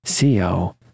co